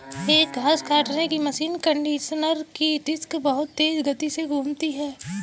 एक घास काटने की मशीन कंडीशनर की डिस्क बहुत तेज गति से घूमती है